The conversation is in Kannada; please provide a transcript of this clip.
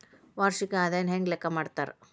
ವಾರ್ಷಿಕ ಆದಾಯನ ಹೆಂಗ ಲೆಕ್ಕಾ ಮಾಡ್ತಾರಾ?